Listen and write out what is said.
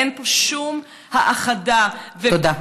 אין פה שום האחדה, תודה.